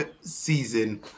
season